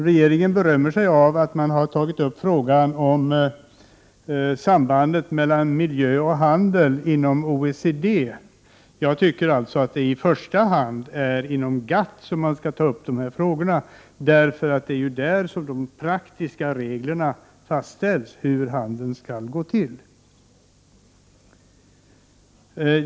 Regeringen berömmer sig av att inom OECD ha tagit upp frågan om sambandet mellan miljö och handel. Jag tycker att det i första hand är inom GATT som man skall ta upp dessa frågor. Det är ju där som de praktiska reglerna för hur handeln skall gå till fastställs.